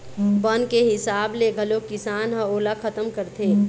बन के हिसाब ले घलोक किसान ह ओला खतम करथे